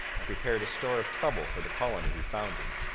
and prepared a store of trouble for the colony he founded.